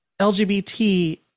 LGBT